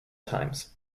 times